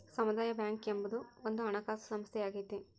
ಸಮುದಾಯ ಬ್ಯಾಂಕ್ ಎಂಬುದು ಒಂದು ಹಣಕಾಸು ಸಂಸ್ಥೆಯಾಗೈತೆ